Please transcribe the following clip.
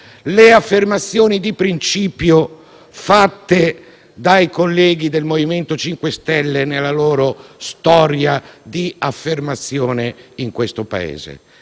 le affermazioni di principio fatte dai colleghi del MoVimento 5 Stelle nella loro storia di affermazione in questo Paese,